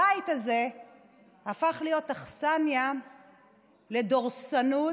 הבית הזה הפך להיות אכסניה לדורסנות,